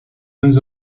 mêmes